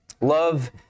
Love